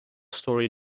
storey